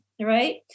Right